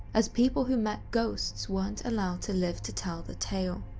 as people who met ghosts weren't allowed to live to tell the tale.